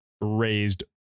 raised